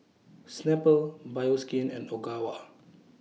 Snapple Bioskin and Ogawa